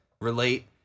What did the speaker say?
relate